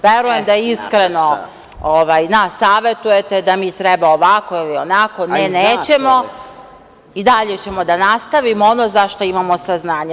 Verujem da iskreno vi nas savetujete da mi treba ovako ili onako, ne, nećemo i dalje ćemo da nastavimo ono za šta imamo saznanje.